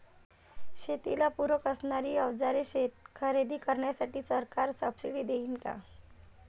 शेतीला पूरक असणारी अवजारे खरेदी करण्यासाठी सरकार सब्सिडी देईन का?